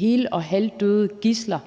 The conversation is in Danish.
døde og halvdøde gidsler